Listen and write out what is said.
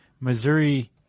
Missouri